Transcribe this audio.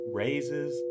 raises